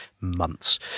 Months